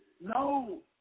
No